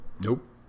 nope